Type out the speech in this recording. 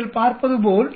நீங்கள் பார்ப்பதுபோல்